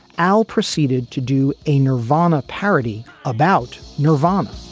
al proceeded to do a nirvana parody about nirvana